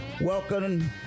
welcome